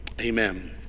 Amen